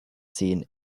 zehn